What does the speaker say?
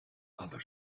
other